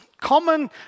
common